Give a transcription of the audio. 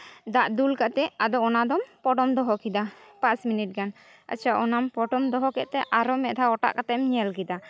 ᱫᱟᱜ ᱫᱩᱞ ᱠᱟᱛᱮᱫ ᱟᱫᱚ ᱚᱱᱟ ᱫᱚᱢ ᱯᱚᱴᱚᱢ ᱫᱚᱦᱚ ᱠᱟᱫᱟ ᱯᱟᱸᱪ ᱢᱤᱱᱤᱴ ᱜᱟᱱ ᱟᱪᱪᱷᱟ ᱚᱱᱟᱢ ᱯᱚᱴᱚᱢ ᱫᱚᱦᱚ ᱠᱮᱫᱛᱮ ᱟᱨᱚ ᱢᱤᱫ ᱫᱷᱟᱣ ᱚᱴᱟᱜ ᱠᱟᱛᱮᱢ ᱧᱮᱞ ᱠᱮᱫᱟ